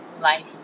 life